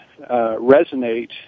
resonate